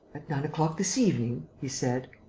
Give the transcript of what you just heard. nine o'clock this evening? he said.